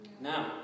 Now